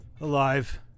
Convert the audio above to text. alive